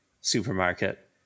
supermarket